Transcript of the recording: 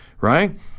right